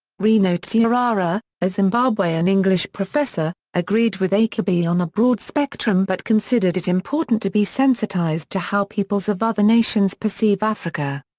rino zhuwarara, a zimbabwean english professor, agreed with achebe on a broad spectrum but considered it important to be sensitized to how peoples of other nations perceive africa.